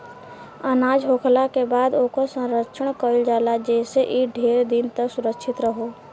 अनाज होखला के बाद ओकर संरक्षण कईल जाला जेइसे इ ढेर दिन तक सुरक्षित रहो